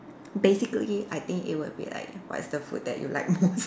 basically I think it will be like what's the food that you like most